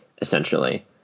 essentially